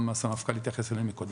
הסמפכ"ל גם התייחס אליהם קודם.